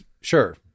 Sure